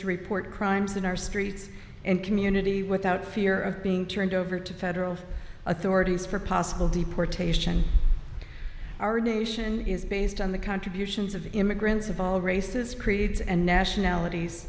to report crimes in our streets and community without fear of being turned over to federal authorities for possible deportation our nation is based on the contributions of immigrants of all races creeds and nationalities